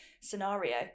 scenario